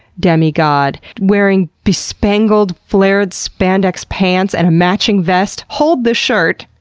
demigod, wearing bespangled, flared spandex pants and a matching vest, hold the shirt!